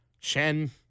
chen